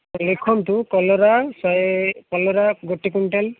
ଲେଖନ୍ତୁ କଲରା ଶହେ କଲରା ଗୋଟେ କ୍ୱିଣ୍ଟାଲ